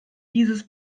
dieses